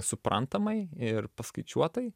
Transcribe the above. suprantamai ir paskaičiuotai